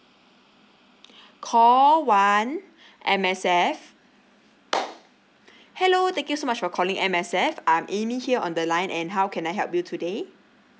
call one M_S_F hello thank you so much for calling M_S_F I'm amy here on the line and how can I help you today